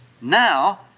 now